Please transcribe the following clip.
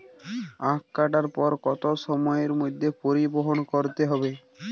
আখ কাটার পর কত সময়ের মধ্যে পরিবহন করতে হবে?